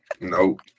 nope